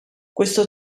questo